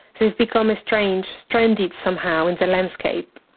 they've become estranged, stranded somehow in the landscape.